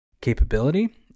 capability